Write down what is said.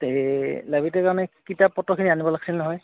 তে লাইব্ৰেৰীটোৰ কাৰণে কিতাপ পত্ৰখিনি আনিব লাগিছিল নহয়